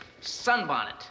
Sunbonnet